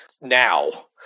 now